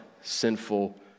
sinful